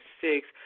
six